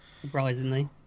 surprisingly